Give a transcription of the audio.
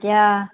এতিয়া